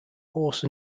horse